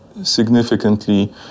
significantly